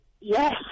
Yes